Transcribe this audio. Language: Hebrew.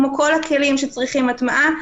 כמו כל הכלים שצריכים הטמעה,